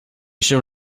się